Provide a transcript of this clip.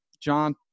John